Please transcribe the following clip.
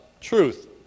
truth